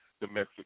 domestic